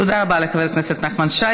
תודה רבה לחבר הכנסת נחמן שי.